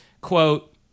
quote